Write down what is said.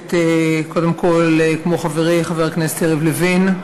מבקשת קודם כול, כמו חברי, חבר הכנסת יריב לוין,